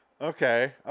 Okay